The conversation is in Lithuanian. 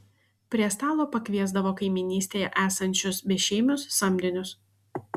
prie stalo pakviesdavo kaimynystėje esančius bešeimius samdinius